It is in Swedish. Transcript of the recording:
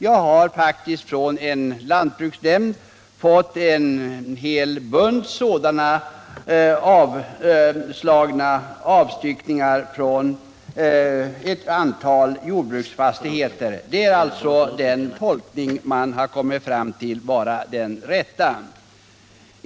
Jag har faktiskt från en lantbruksnämnd fått en hel bunt sådana avslagna ansökningar om avstyckning från ett antal jordbruksfastigheter. Anledningen är alltså att den tolkning av lagen som man kommit fram till bör vara den rätta.